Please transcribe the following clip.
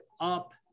up